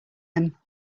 them